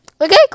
okay